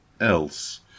else